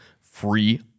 free